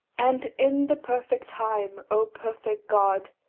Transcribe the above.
and in the perfect time, o perfect god,